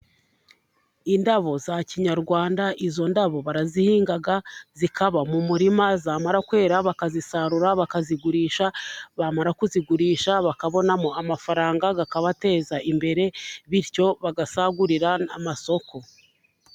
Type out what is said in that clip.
Indabo za kinyarwanda. Izo ndabo barazihinga , zikaba mu murima, zamara kwera bakazisarura, bakazigurisha bamara kuzigurisha bakabonamo amafaranga akabateza imbere, bityo bagasagurira n'amasoko.